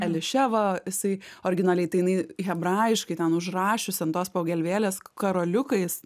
eliševa jisai originaliai tai jinai hebrajiškai ten užrašiusi ant tos pagalvėlės karoliukais